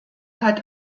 hat